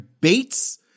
Bates